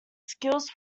skills